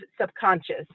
subconscious